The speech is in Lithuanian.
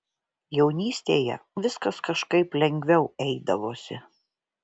jaunystėje viskas kažkaip lengviau eidavosi